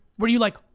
were you like